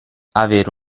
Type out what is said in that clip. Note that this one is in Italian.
avere